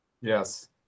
Yes